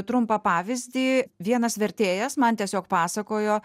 trumpą pavyzdį vienas vertėjas man tiesiog pasakojo